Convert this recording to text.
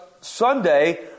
Sunday